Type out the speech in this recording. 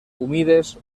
humides